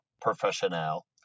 professional